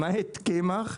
למעט קמח,